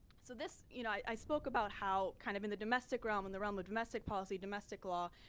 so this, you know, i spoke about how kind of in the domestic realm and the realm of domestic policy, domestic law,